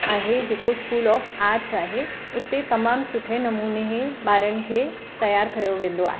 आहे जेको school of arts आहे उते तमामु सुठे नमूने हे ॿारनि खे तियारु कयो वेंदो आहे